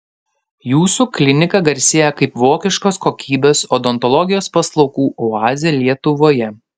jūsų klinika garsėja kaip vokiškos kokybės odontologijos paslaugų oazė lietuvoje